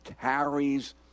carries